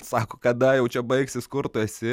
sako kada jau čia baigsis kur tu esi